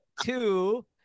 two